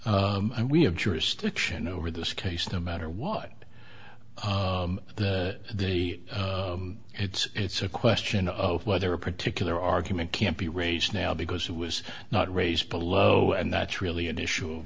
it and we have jurisdiction over this case no matter what the it's it's a question of whether a particular argument can't be raised now because it was not raised below and that's really an issue